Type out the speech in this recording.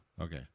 Okay